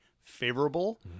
favorable